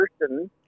person